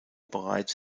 bereits